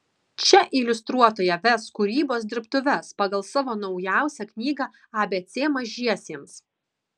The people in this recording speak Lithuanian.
čia iliustruotoja ves kūrybos dirbtuves pagal savo naujausią knygą abc mažiesiems